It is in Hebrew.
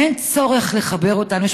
אין צורך לחבר אותנו.